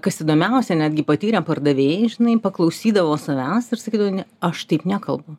kas įdomiausia netgi patyrę pardavėjai žinai paklausydavo savęs ir sakydavo ne aš taip nekalbu